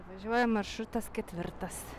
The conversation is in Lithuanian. važiuoja maršrutas ketvirtas